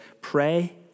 Pray